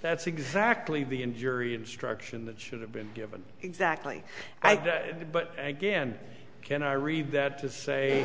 that's exactly the in jury instruction that should have been given exactly but again can i read that to say